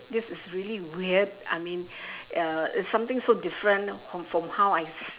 this is really weird I mean uh it's something so different from from how I